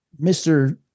Mr